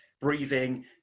breathing